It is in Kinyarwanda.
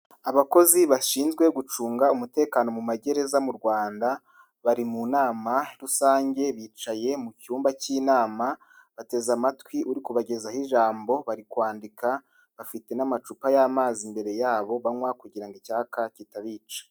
Abakozi bashinzwe gucunga umutekano mu magereza mu Rwanda bari mu nama rusange bicaye mu cyumba cy'inama bateze amatwi uri kubagezaho ijambo bari kwandika bafite n'amacupa y'amazi imbere yabo banywa kugira ngo icyayaka kitabica.